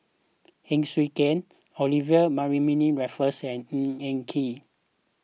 Heng Swee Keat Olivia Mariamne Raffles and Ng Eng Kee